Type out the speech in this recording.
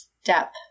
step